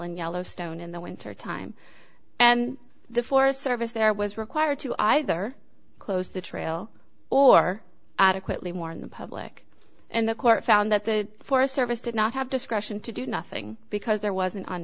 in yellowstone in the winter time and the forest service there was required to either close the trail or adequately warn the public and the court found that the forest service did not have discretion to do nothing because there wasn't on